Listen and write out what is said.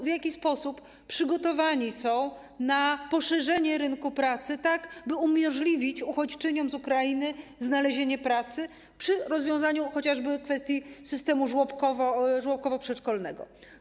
W jaki sposób rząd przygotowany jest na poszerzenie rynku pracy, tak by umożliwić uchodźczyniom z Ukrainy znalezienie pracy, przy jednoczesnym rozwiązaniu chociażby kwestii systemu żłobkowo-przedszkolnego?